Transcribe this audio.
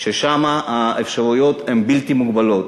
שבה האפשרויות הן בלתי מוגבלות.